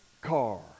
car